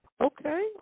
Okay